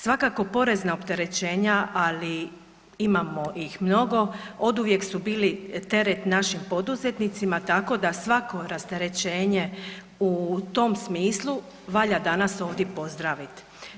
Svakako porezna opterećenja, ali imamo ih mnogo oduvijek su bili teret našim poduzetnicima tako da svako rasterećenje u tom smislu valja danas ovdje pozdravit.